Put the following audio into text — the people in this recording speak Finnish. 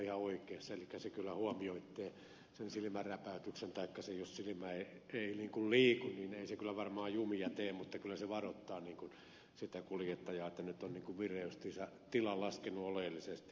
laxell taisi olla kyllä ihan oikeassa elikkä se kyllä huomioi sen silmänräpäytyksen taikka sen jos silmä ei liiku mutta ei se kyllä varmaan jumia tee mutta kyllä se varoittaa kuljettajaa että nyt on vireystila laskenut oleellisesti